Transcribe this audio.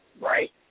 right